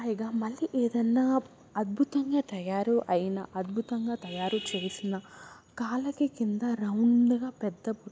పైగా మళ్ళీ ఏదన్న అద్భుతంగా తయారు అయిన అద్భుతంగా తయారు చేసిన కాళ్ళకి కింద రౌండ్గా పెద్ద బొట్టుతో